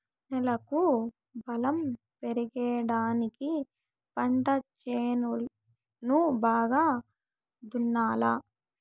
నేలకు బలం పెరిగేదానికి పంట చేలను బాగా దున్నాలా